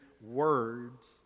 words